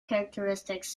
characteristics